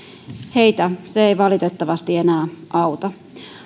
heitä se ei valitettavasti enää auta